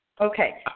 Okay